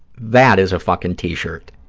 that is a fucking t-shirt.